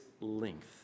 length